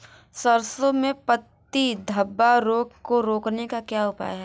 सरसों में पत्ती धब्बा रोग को रोकने का क्या उपाय है?